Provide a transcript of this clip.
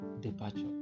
departure